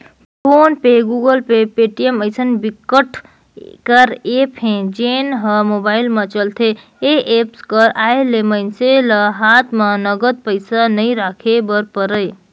phone पे, Google Pay, Paytm अइसन बिकट कर ऐप हे जेन ह मोबाईल म चलथे ए एप्स कर आए ले मइनसे ल हात म नगद पइसा नइ राखे बर परय